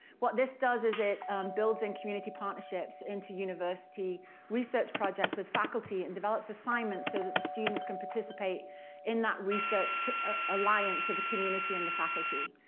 what this does is it builds in community partnerships into university research projects with faculty and develops assignments so that the students can participate in that research alliance of the community and the faculty.